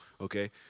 okay